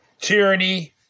Tyranny